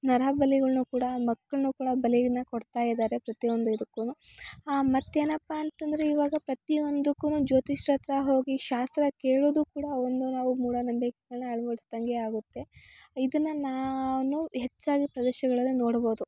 ನರಬಲಿಗಳ್ನು ಕೂಡ ಮಕ್ಕಳ್ನು ಕೂಡ ಬಲಿ ಕೊಡ್ತ ಇದಾರೆ ಪ್ರತಿಯೊಂದು ಇದಕ್ಕು ಮತ್ತೇನಪ್ಪ ಅಂತಂದರೆ ಇವಾಗ ಪ್ರತಿಯೊಂದಕ್ಕು ಜ್ಯೋತಿಷಿಹತ್ರ ಹೋಗಿ ಶಾಸ್ತ್ರ ಕೇಳೋದು ಕೂಡ ಒಂದು ನಾವು ಮೂಢನಂಬಿಕೆ ಅಳವಡಿಸ್ದಂಗೆ ಆಗುತ್ತೆ ಇದನ್ನು ನಾನು ಹೆಚ್ಚಾದ ಪ್ರದೇಶಗಳಲ್ಲಿ ನೋಡ್ಬೋದು